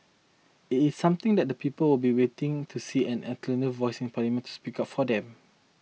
it is something that people will be wanting to see an alternative voice in parliament to speak up for them